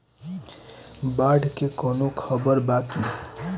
बाढ़ के कवनों खबर बा की?